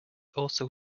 also